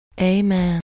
Amen